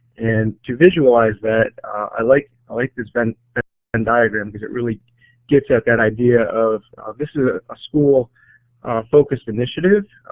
and to visualize that i like like this venn and diagram because it really gets at that idea of this is a ah school focused initiative,